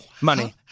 Money